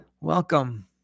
Welcome